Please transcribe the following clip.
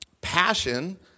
passion